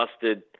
busted